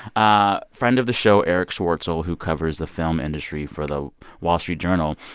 ah friend of the show, erich schwartzel, who covers the film industry for the wall street journal,